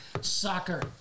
soccer